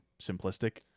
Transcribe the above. simplistic